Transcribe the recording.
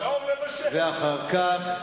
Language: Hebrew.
ואחר כך,